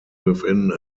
within